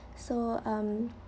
so um